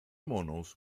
monos